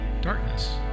darkness